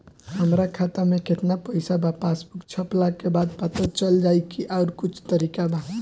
हमरा खाता में केतना पइसा बा पासबुक छपला के बाद पता चल जाई कि आउर कुछ तरिका बा?